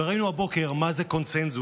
וראינו הבוקר מה זה קונסנזוס,